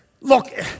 Look